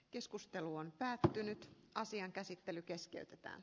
keskustelu on päätetty nyt asian käsittely keskeytetään